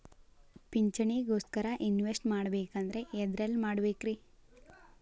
ಪಿಂಚಣಿ ಗೋಸ್ಕರ ಇನ್ವೆಸ್ಟ್ ಮಾಡಬೇಕಂದ್ರ ಎದರಲ್ಲಿ ಮಾಡ್ಬೇಕ್ರಿ?